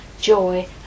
joy